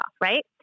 right